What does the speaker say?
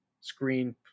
screen